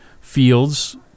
fields